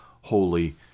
holy